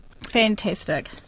Fantastic